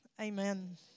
Amen